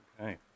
Okay